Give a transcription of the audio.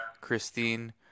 christine